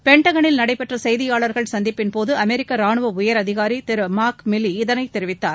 பென்டகனில் நடைபெற்ற செய்தியாளர்கள் சந்திப்பின்போது அமெரிக்க ரானுவ உயர் அதிகாரி திரு மார்க் மில்லி இதனை தெரிவித்தார்